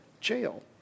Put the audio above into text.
jail